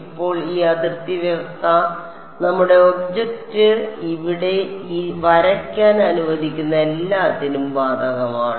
ഇപ്പോൾ ഈ അതിർത്തി വ്യവസ്ഥ നമ്മുടെ ഒബ്ജക്റ്റ് ഇവിടെ വരയ്ക്കാൻ അനുവദിക്കുന്ന എല്ലാത്തിനും ബാധകമാണ്